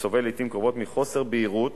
שסובל לעתים קרובות מחוסר בהירות